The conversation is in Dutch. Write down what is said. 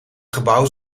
gebouw